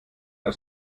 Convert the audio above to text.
aus